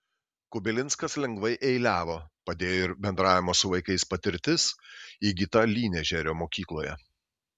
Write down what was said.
kubilinskas lengvai eiliavo padėjo ir bendravimo su vaikais patirtis įgyta lynežerio mokykloje